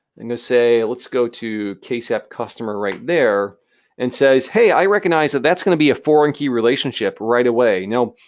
i'm gonna say, let's go to case app customer right there and says, hey, i recognize that that's going to be a foreign key relationship right away. now,